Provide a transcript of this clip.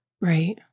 Right